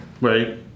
Right